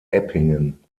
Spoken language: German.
eppingen